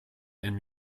and